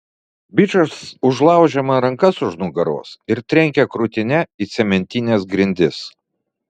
bičas užlaužia man rankas už nugaros ir trenkia krūtinę į cementines grindis